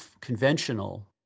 conventional